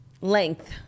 Length